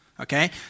okay